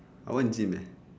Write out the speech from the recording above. I want to gym leh